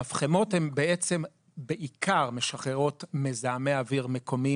המפחמות הן בעצם בעיקר משחררות מזהמי אוויר מקומיים